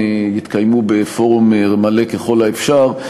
יתקיימו בפורום מלא ככל האפשר,